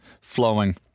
flowing